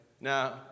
Now